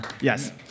Yes